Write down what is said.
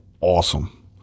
awesome